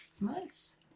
Nice